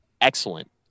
excellent